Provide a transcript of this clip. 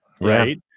right